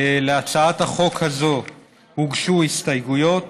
להצעת החוק הזאת הוגשו הסתייגויות,